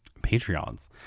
patreons